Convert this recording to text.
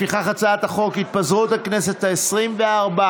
לפיכך הצעת חוק התפזרות הכנסת העשרים-וארבע